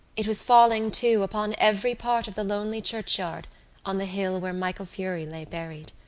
it was falling, too, upon every part of the lonely churchyard on the hill where michael furey lay buried.